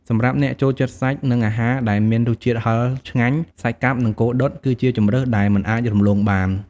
សម្រាប់អ្នកចូលចិត្តសាច់ និងអាហារដែលមានរសជាតិហឹរឆ្ងាញ់ សាច់កាប់ និង គោដុត គឺជាជម្រើសដែលមិនអាចរំលងបាន ។